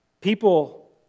People